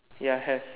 ya have